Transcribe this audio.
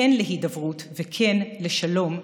כן להידברות וכן לשלום,